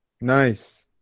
nice